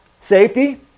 Safety